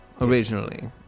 originally